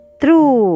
true